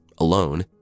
Alone